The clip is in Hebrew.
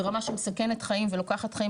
ברמה שמסכנת חיים ולוקחת חיים.